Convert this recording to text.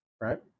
Right